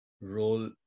role